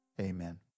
amen